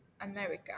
America